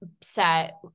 set